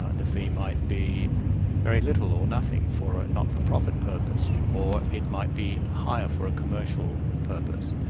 ah the fee might be very little or nothing for a not-for-profit purpose, or it might be higher for a commercial purpose.